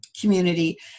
community